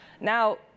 Now